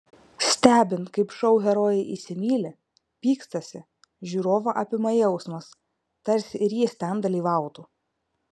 stebint kaip šou herojai įsimyli pykstasi žiūrovą apima jausmas tarsi ir jis ten dalyvautų